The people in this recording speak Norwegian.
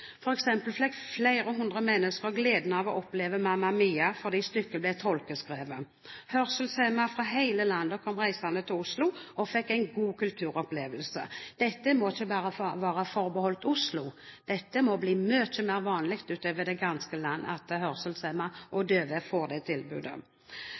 fikk flere hundre mennesker gleden av å oppleve «Mamma Mia» fordi stykket ble tolkeskrevet. Hørselshemmede fra hele landet kom reisende til Oslo og fikk en god kulturopplevelse. Dette må ikke bare være forbeholdt Oslo, det må bli mye mer vanlig utover det ganske land at